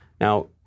Now